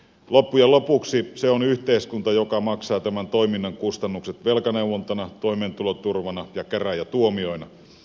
loppujen lopuksi se on yhteiskunta joka maksaa tämän toiminnan kustannukset velkaneuvontana toimeentuloturvana ja käräjätuomioina